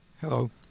Hello